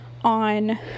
on